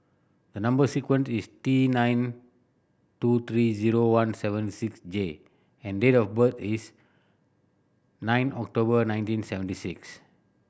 the number sequence is T nine two three zero one seven six J and date of birth is nine October nineteen seventy six